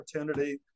opportunity